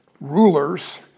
rulers